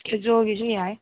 ꯀꯦꯖꯨꯋꯦꯜꯒꯤꯁꯨ ꯌꯥꯏ